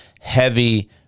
heavy